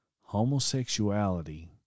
homosexuality